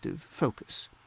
focus